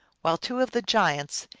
while two of the giants,